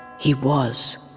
he was.